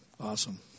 awesome